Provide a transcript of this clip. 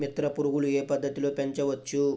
మిత్ర పురుగులు ఏ పద్దతిలో పెంచవచ్చు?